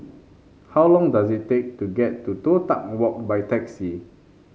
how long does it take to get to Toh Tuck Walk by taxi